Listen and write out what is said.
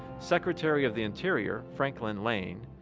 secretary of the interior, franklin lane,